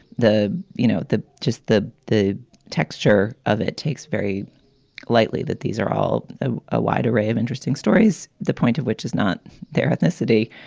the you know, the just the the texture of it takes very lightly that these are all a ah wide array of interesting stories. the point of which is not their ethnicity.